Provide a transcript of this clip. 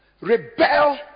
rebel